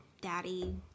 daddy